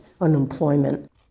unemployment